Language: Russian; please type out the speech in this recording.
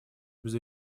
без